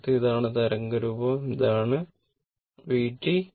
അതിനർത്ഥം ഇതാണ് തരംഗരൂപം ഇതാണ് r vt